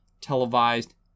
televised